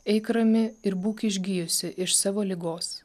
eik rami ir būk išgijusi iš savo ligos